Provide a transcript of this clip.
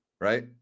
right